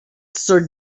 sir